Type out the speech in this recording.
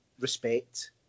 respect